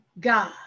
God